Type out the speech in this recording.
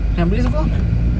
ah pergi reservoir ah